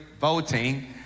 voting